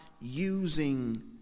using